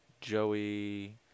Joey